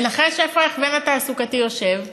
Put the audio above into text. ונחש איפה ההכוון התעסוקתי יושב?